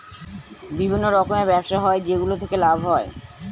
বিভিন্ন রকমের ব্যবসা হয় যেগুলো থেকে লাভ হয়